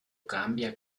cambia